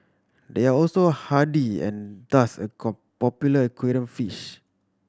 they are also hardy and thus a popular aquarium fish